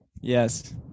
Yes